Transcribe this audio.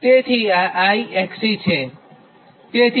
તેથી આ I XC છે